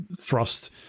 thrust